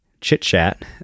chit-chat